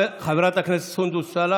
נשמח ביום חמישי לקיים דיון בוועדה בכל זמן